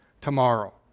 tomorrow